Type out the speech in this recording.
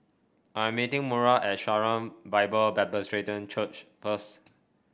I am meeting Maura at Sharon Bible Presbyterian Church first